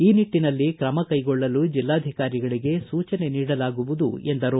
ಈ ನಿಟ್ಟನಲ್ಲಿ ಕ್ರಮ ಕೈಗೊಳ್ಳಲು ಜಿಲ್ಲಾಧಿಕಾರಿಗಳಿಗೆ ಸೂಚನೆ ನೀಡಲಾಗುವದು ಎಂದರು